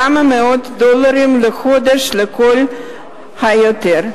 כמה מאות דולרים לחודש לכל היותר.